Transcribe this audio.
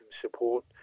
support